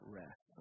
rest